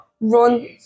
Run